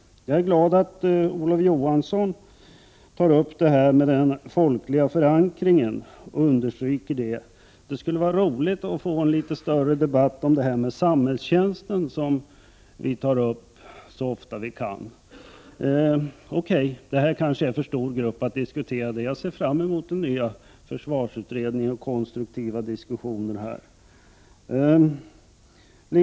Jag är glad att Olof Johansson tar upp och understryker den folkliga förankringen. Det skulle vara roligt att få en större debatt om samhällstjänsten, som vi i miljöpartiet tar upp så ofta vi kan. Detta är kanske en för stor grupp, men jag ser fram emot den nya försvarsutredningen och konstruktiva diskussioner där.